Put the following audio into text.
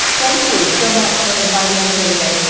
thank you so much for inviting me here today.